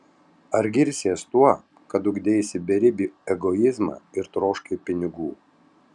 ar girsies tuo kad ugdeisi beribį egoizmą ir troškai pinigų